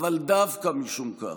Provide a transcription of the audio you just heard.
אבל דווקא משום כך,